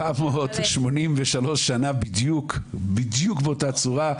5,783 שנה בדיוק באותה צורה.